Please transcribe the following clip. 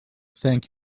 thank